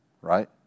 right